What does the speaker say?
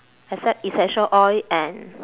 except essential oil and